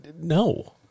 No